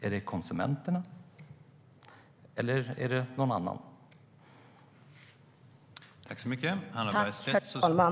Är det konsumenterna eller någon annan?